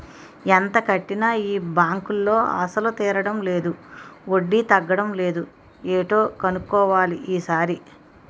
ఎంత కట్టినా ఈ బాంకులో అసలు తీరడం లేదు వడ్డీ తగ్గడం లేదు ఏటో కన్నుక్కోవాలి ఈ సారి